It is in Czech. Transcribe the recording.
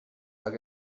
tak